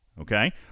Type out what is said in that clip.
Okay